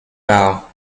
bow